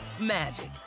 magic